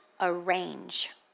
arrange